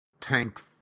tank